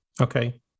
Okay